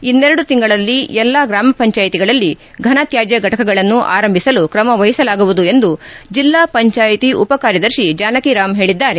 ಇನ್ನೆರೆಡು ತಿಂಗಳಲ್ಲಿ ಎಲ್ಲಾ ಗ್ರಾಮ ಪಂಚಾಯ್ತಿಗಳಲ್ಲಿ ಫನತ್ಯಾದ್ಯ ಘಟಕಗಳನ್ನು ಆರಂಭಿಸಲು ಕ್ರಮವಹಿಸಲಾಗುವುದು ಎಂದು ಜಿಲ್ಲಾ ಪಂಚಾಯ್ತಿ ಉಪ ಕಾರ್ಯದರ್ಶಿ ಜಾನಕಿರಾಂ ಹೇಳಿದ್ದಾರೆ